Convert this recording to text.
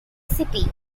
city